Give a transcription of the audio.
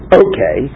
okay